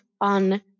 on